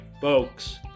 folks